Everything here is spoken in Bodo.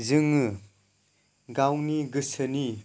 जोङो गावनि गोसोनि